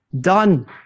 done